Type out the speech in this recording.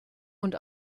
und